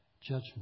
judgment